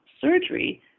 surgery